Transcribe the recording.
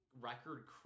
record